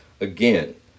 Again